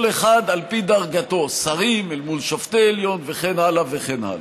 כל אחד על פי דרגתו: שרים אל מול שופטי עליון וכן הלאה וכן הלאה.